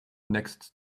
next